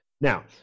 Now